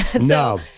No